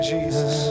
Jesus